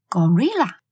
,Gorilla